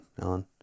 Ellen